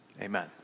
amen